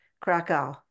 Krakow